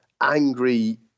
angry